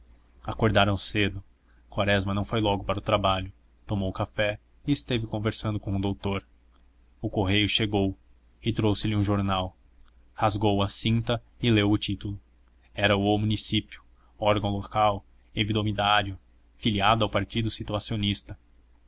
acordaram cedo quaresma não foi logo para o trabalho tomou café e esteve conversando com o doutor o correio chegou e trouxe-lhe um jornal rasgou a cinta e leu o título era o o município órgão local hebdomadário filiado ao partido situacionista